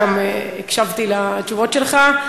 גם הקשבתי לתשובות שלך,